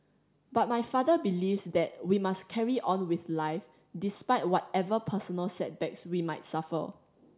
but my father believes that we must carry on with life despite whatever personal setbacks we might suffer